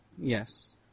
Yes